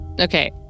Okay